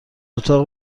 اتاق